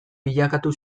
bilakatu